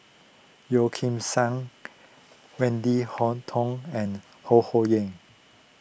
Yeo Kim Seng Wendy Hutton and Ho Ho Ying